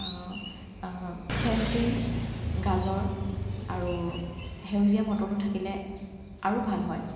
French bean গাজৰ আৰু সেউজীয়া মটৰটো থাকিলে আৰু ভাল হয়